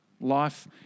Life